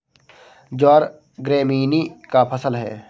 ज्वार ग्रैमीनी का फसल है